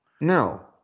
No